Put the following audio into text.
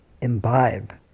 imbibe